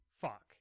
Fuck